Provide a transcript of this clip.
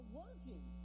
working